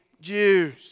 Jews